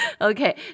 Okay